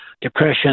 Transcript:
depression